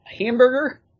hamburger